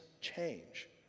change